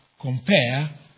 compare